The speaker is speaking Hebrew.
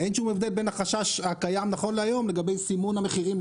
אין שום הבדל בין החשש הקיים נכון להיום לגבי סימון המחירים,